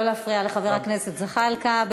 לא להפריע לחבר הכנסת זחאלקה.